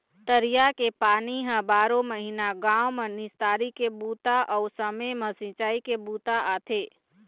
तरिया के पानी ह बारो महिना गाँव म निस्तारी के बूता अउ समे म सिंचई के बूता आथे